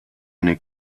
eine